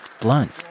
blunt